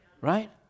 Right